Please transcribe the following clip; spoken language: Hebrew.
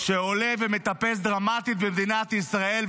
שעולה ומטפס דרמטית במדינת ישראל,